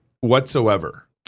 whatsoever